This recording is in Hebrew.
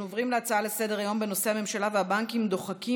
אנחנו נעבור להצעות לסדר-היום בנושא: הממשלה והבנקים דוחקים